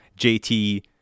JT